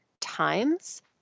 times